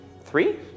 Three